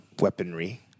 weaponry